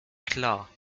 klar